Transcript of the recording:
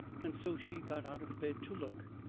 and so she got out of bed to look.